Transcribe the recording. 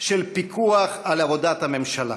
של פיקוח על עבודת הממשלה.